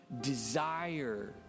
desire